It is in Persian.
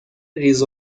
ریز